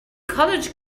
college